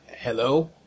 Hello